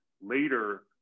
later